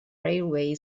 railway